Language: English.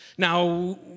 Now